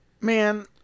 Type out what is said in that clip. Man